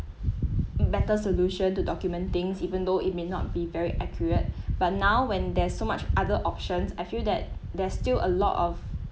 better solution to document things even though it may not be very accurate but now when there's so much other options I feel that there's still a lot of